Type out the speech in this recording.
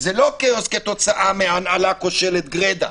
זה לא כתוצאה מהנהלה כושלת גרידא.